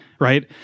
Right